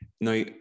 Now